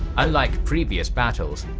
ah like previous battles,